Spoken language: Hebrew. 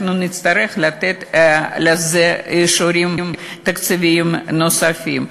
נצטרך לתת לזה אישורים תקציביים נוספים.